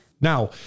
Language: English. Now